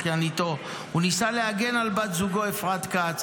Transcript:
אחייניתו: הוא ניסה להגן על בת זוגו אפרת כץ,